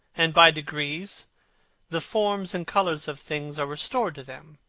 and by degrees the forms and colours of things are restored to them,